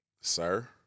sir